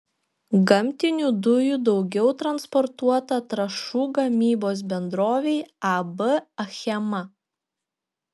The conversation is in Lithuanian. gamtinių dujų daugiau transportuota trąšų gamybos bendrovei ab achema